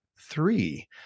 three